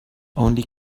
only